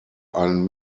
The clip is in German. einen